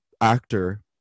actor